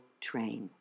train